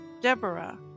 Deborah